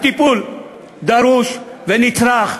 הטיפול דרוש ונצרך,